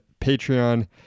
Patreon